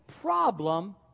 problem